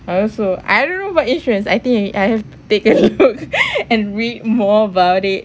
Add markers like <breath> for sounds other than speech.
I also I don't know about insurance I think I have to take a look it <breath> and read more about it